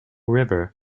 river